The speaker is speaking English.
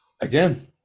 again